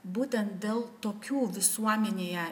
būtent dėl tokių visuomenėje